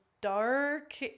dark